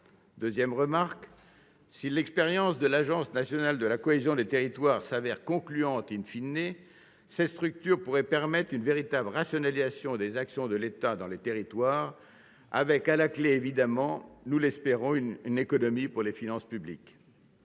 Deuxième remarque, si l'expérience de l'agence nationale de la cohésion des territoires s'avère concluante, cette structure pourrait permettre une véritable rationalisation des actions de l'État dans les territoires avec, à la clé, évidemment, nous l'espérons, une économie pour les finances publiques.